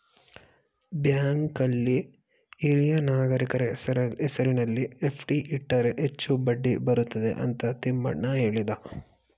ಬ್ಯಾಂಕಲ್ಲಿ ಹಿರಿಯ ನಾಗರಿಕರ ಹೆಸರಿನಲ್ಲಿ ಎಫ್.ಡಿ ಇಟ್ಟರೆ ಹೆಚ್ಚು ಬಡ್ಡಿ ಬರುತ್ತದೆ ಅಂತ ತಿಮ್ಮಣ್ಣ ಹೇಳಿದ